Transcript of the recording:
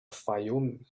fayoum